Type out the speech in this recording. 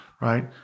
right